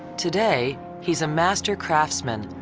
today he's a master craftsman,